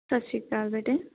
ਸਤਿ ਸ਼੍ਰੀ ਅਕਾਲ ਬੇਟੇ